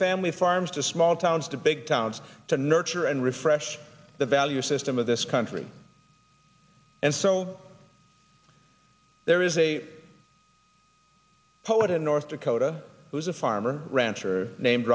family farms to small towns to big towns to nurture and refresh the value system of this country and so there is a poet in north dakota who's a farmer rancher named